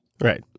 Right